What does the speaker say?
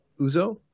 Uzo